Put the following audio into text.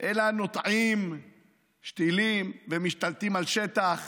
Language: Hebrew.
אלא נוטעים שתילים ומשתלטים על שטח